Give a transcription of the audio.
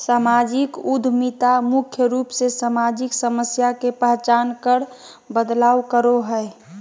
सामाजिक उद्यमिता मुख्य रूप से सामाजिक समस्या के पहचान कर बदलाव करो हय